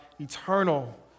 eternal